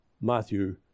Matthew